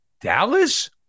Dallas